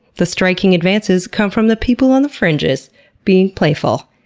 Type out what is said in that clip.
the striking advances come from the people on the fringes being playful.